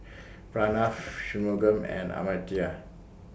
Pranav Shunmugam and Amartya